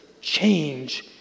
change